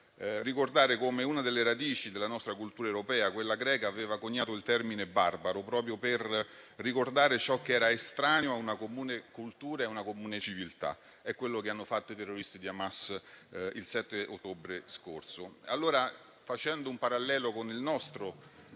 ricordare come una delle radici della nostra cultura europea, quella greca, aveva coniato il termine barbaro proprio per definire ciò che era estraneo a una comune cultura e a una comune civiltà. È quello che hanno fatto i terroristi di Hamas il 7 ottobre scorso. Facendo un parallelo con il nostro